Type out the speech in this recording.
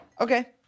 okay